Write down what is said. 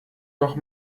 noch